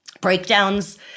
breakdowns